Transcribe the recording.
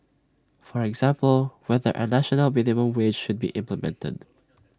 for example whether A national minimum wage should be implemented